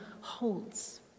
holds